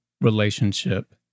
relationship